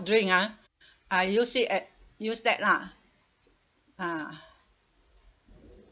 drink ah I use it at use that lah ah